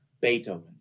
Beethoven